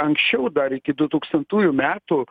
anksčiau dar iki dutūkstantųjų metų